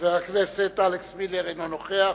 חבר הכנסת מילר, אינו נוכח.